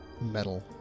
metal